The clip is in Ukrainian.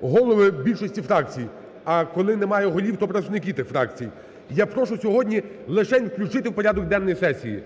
голови більшості фракцій, а коли немає голів, то представники тих фракцій. Я прошу сьогодні лишень включити в порядок денний сесії.